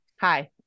Hi